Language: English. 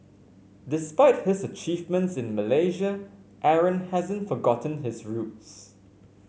despite his achievements in Malaysia Aaron hasn't forgotten his roots